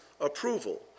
approval